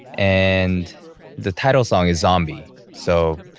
and the title song is zombie so.